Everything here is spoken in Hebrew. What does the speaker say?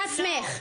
תכבדי את עצמך.